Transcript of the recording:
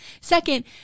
second